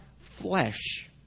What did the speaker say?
flesh